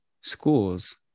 schools